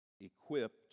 equipped